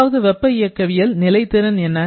முதலாவது வெப்ப இயக்கவியல் நிலை திறன் என்ன